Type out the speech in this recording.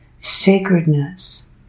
sacredness